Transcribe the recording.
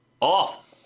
off